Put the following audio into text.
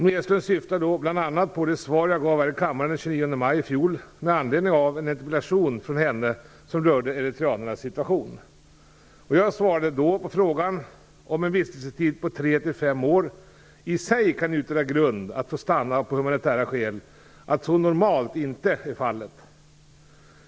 Näslund syftar då bl.a. på det svar jag gav här i kammaren den 29 maj i fjol med anledning av en interpellation från henne som rörde eritreanernas situation. Jag svarade då på frågan, om en vistelsetid på tre till fem år i sig kan utgöra grund att få stanna av humanitära skäl, att så normalt inte är fallet.